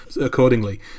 accordingly